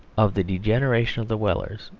of the degeneration of the wellers,